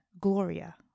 Gloria